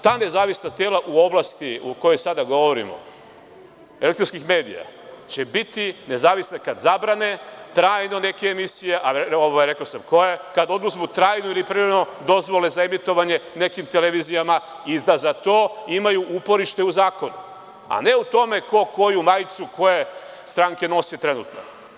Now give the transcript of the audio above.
Ta nezavisna tela u oblasti o kojoj sada govorimo, elektronskih medija, će biti nezavisna kada zabrane trajno neke emisije, rekao sam koje, kada oduzmu trajno ili privremeno dozvole za emitovanje nekim televizijama i da za to imaju uporište u zakonu, a ne u tome ko koju majicu koje stranke nosi trenutno.